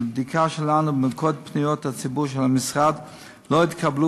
בבדיקה שלנו במוקד פניות הציבור של המשרד לא התקבלו